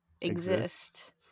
Exist